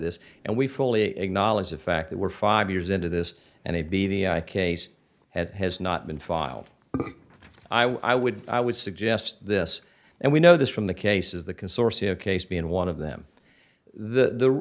this and we fully acknowledge the fact that we're five years into this and they be the case has not been filed but i would i would suggest this and we know this from the cases the consortium case being one of them the